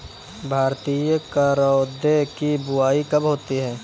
भारतीय करौदे की बुवाई कब होती है?